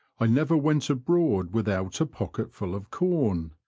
i never went abroad without a pocketful of corn,